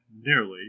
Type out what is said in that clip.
nearly